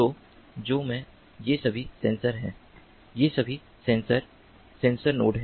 तो जो मैं ये सभी सेंसर हैं ये सभी सेंसर सेंसर नोड हैं